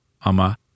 ama